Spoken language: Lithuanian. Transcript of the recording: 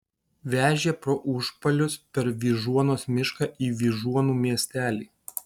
vežė pro užpalius per vyžuonos mišką į vyžuonų miestelį